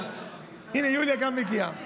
הינה יוליה גם מגיעה.